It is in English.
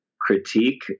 critique